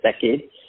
decade